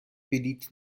بلیط